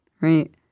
Right